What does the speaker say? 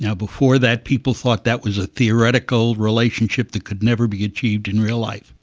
yeah before that people thought that was a theoretical relationship that could never be achieved in real life,